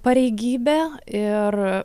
pareigybė ir